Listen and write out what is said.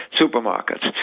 supermarkets